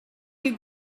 you